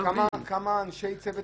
אבל כמה אנשי צוות